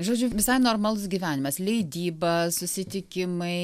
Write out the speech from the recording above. žodžiu visai normalus gyvenimas leidyba susitikimai